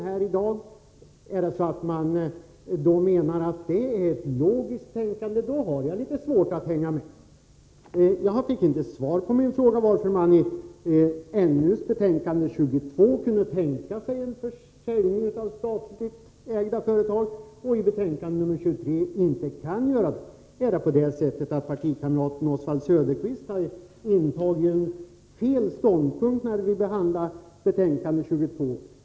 Om Jörn Svensson menar att vpk:s handlande är resultatet av ett logiskt tänkande, har jag litet svårt att hänga med. Jag fick alltså inte svar på min fråga varför vpk i näringsutskottets betänkande 22 kan tänka sig en försäljning av statligt ägda företag medan man i betänkande 23 inte kan göra det. Intog partikamraten Oswald Söderqvist fel ståndpunkt när vi behandlade betänkande 22?